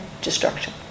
destruction